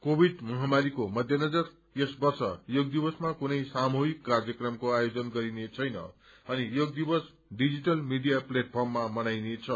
क्रेविड महामारीको मध्ये नजर यस वर्ष योग दिवसमा कुनै सामूहिक कार्यक्रमको आयोजन गरिनेछैन अनि योग दिवस डिजिटल मीडिया लेटफर्ममा मनाइनेछ